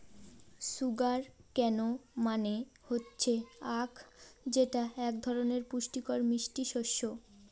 sugar কেন মানে হচ্ছে আঁখ যেটা এক ধরনের পুষ্টিকর মিষ্টি শস্য